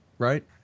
Right